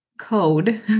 code